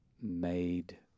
made